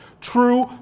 True